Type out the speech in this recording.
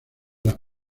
las